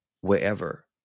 wherever